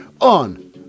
On